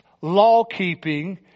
law-keeping